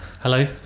Hello